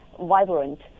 vibrant